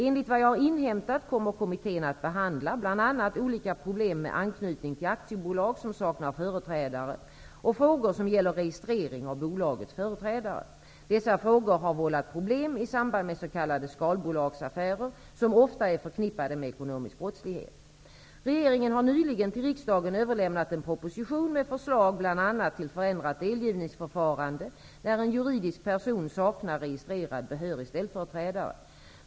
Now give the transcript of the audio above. Enligt vad jag har inhämtat kommer kommittén att behandla bl.a. olika problem med anknytning till aktiebolag som saknar företrädare och frågor som gäller registrering av bolagets företrädare. Dessa frågor har vållat problem i samband med s.k. skalbolagsaffärer, vilka ofta är förknippade med ekonomisk brottslighet. Regeringen har nyligen till riksdagen överlämnat en proposition med förslag till bl.a. förändrat delgivningsförfarande när en juridisk person saknar registrerad behörig ställföreträdare.